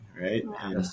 right